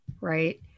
right